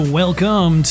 welcome